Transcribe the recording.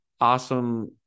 awesome